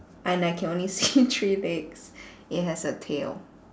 and I can only see three legs it has a tail